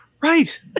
Right